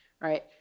right